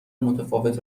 متفاوت